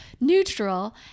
neutral